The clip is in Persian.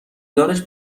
دارش